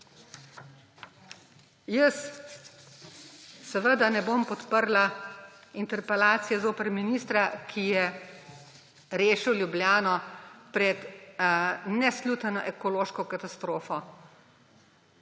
Jaz seveda ne bom podprla interpelacije zoper ministra, ki je rešil Ljubljano pred nesluteno ekološko katastrofo.